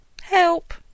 help